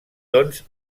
doncs